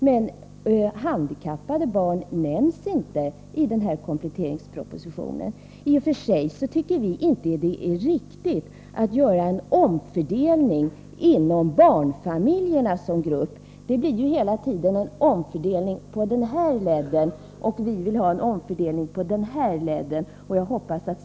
Men handikappade barn nämns inte i denna kompletteringsproposition. I och för sig tycker vi inte att det är riktigt att göra en omfördelning inom barnfamiljerna som grupp — det blir ju hela tiden en omfördelning på den här leden, horisontellt, och vi vill ha en omfördelning på den här leden, vertikalt.